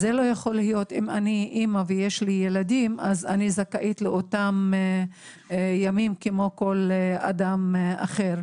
אם אני אימא ויש לי ילדים אז אני זכאית לאותם ימים כמו כל אדם אחר.